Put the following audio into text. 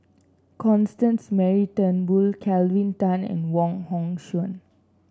Constance Mary Turnbull Kelvin Tan and Wong Hong Suen